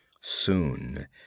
Soon